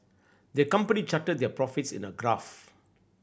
the company charted their profits in a graph